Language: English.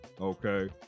Okay